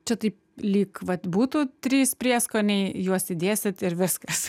čia taip lyg vat būtų trys prieskoniai juos įdėsit ir viskas